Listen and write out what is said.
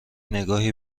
نگاهی